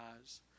eyes